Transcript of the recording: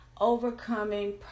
overcoming